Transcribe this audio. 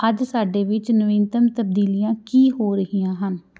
ਅੱਜ ਸਾਡੇ ਵਿੱਚ ਨਵੀਨਤਮ ਤਬਦੀਲੀਆਂ ਕੀ ਹੋ ਰਹੀਆਂ ਹਨ